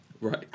right